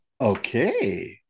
Okay